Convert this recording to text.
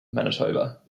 manitoba